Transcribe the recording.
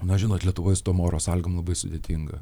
na žinot lietuvoj su tom oro sąlygom labai sudėtinga